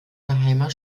geheimer